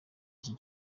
iki